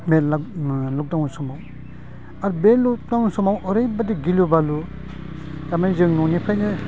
lockdown समाव आरो बे लकडाउन समाव ओरैबादि गिलु बालु थारमाने जों न'निफ्रायनो